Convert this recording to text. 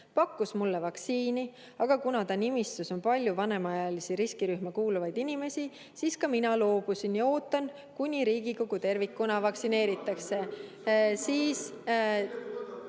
pakkus mulle vaktsiini, aga kuna ta nimistus on palju vanemaealisi riskirühma kuuluvaid inimesi, siis mina ka loobusin ja ootan, kui Riigikogu tervikuna vaktsineeritakse."